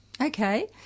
Okay